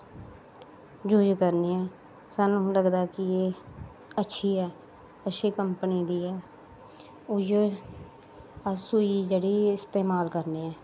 use करने सानूं लगदा कि एह् अच्छी ऐ अच्छे कम्पनी दी ऐ ओइयै अस सुई जेहड़ी इस्तेमाल करने आं